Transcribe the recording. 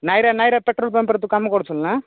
ନାଇଁରେ ନାଇଁରେ ପେଟ୍ରୋଲ୍ ପମ୍ପରେ ତୁ କାମ କରୁଥିଲୁ ନା